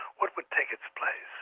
what would take its place?